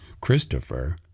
Christopher